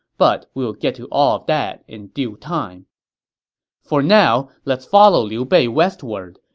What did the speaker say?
but we'll get to all of that in due time for now, let's follow liu bei westward.